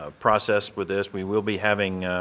ah process for this. we will be having,